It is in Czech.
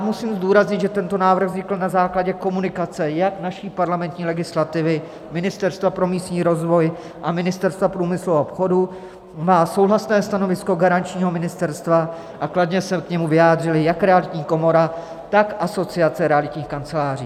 Musím zdůraznit, že tento návrh vznikl na základě komunikace jak naší parlamentní legislativy, Ministerstva pro místní rozvoj a Ministerstva průmyslu a obchodu, má souhlasné stanovisko garančního ministerstva a kladně se k němu vyjádřily jak Realitní komora, tak Asociace realitních kanceláří.